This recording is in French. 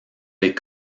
les